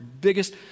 Biggest